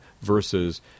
versus